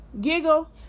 giggle